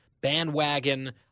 bandwagon